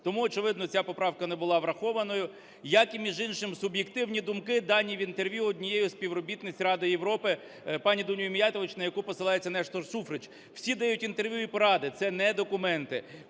Тому, очевидно, ця поправка не була врахованою як, і між іншим, і суб'єктивні думки, дані в інтерв'ю однією зі співробітниць Ради Європи пані Дунею Міятович, на яку посилається Нестор Шуфрич. Всі дають інтерв'ю і поради – це не документи,